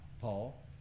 Paul